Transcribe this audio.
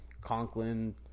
Conklin